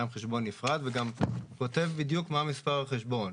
חשבון נפרד וגם כותב בדיוק מה מספר החשבון.